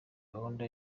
gahunda